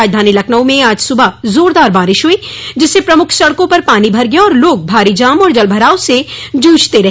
राजधानी लखनऊ में आज सुबह जोरदार बारिश हुई जिससे प्रमुख सड़कों पर पानी भर गया और लोग भारी जाम और जल भराव से जूझते रहे